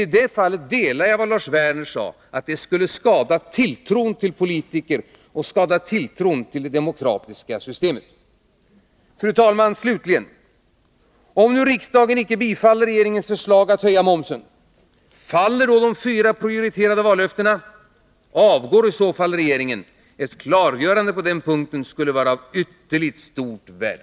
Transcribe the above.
I det fallet delar jag Lars Werners uppfattning, att det skulle skada tilltron till politiker och till det demokratiska systemet. Slutligen, fru talman, om nu riksdagen icke bifaller regeringens förslag att höja momsen, faller då de fyra prioriterade vallöftena och avgår i så fall regeringen? Ett klargörande på den punkten skulle vara av ytterligt stort värde.